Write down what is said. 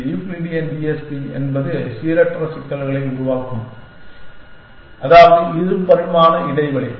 இந்த Euclidean DSP என்பது சீரற்ற சிக்கல்களை உருவாக்குவதாகும் அதாவது இரு பரிமாண இடைவெளி